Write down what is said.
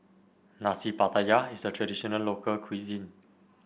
Nasi Pattaya is a traditional local cuisine